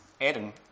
Adam